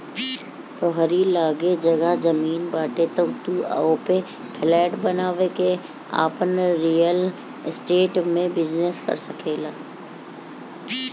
तोहरी लगे जगह जमीन बाटे तअ तू ओपे फ्लैट बनवा के आपन रियल स्टेट में बिजनेस कर सकेला